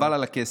חבל על הכסף.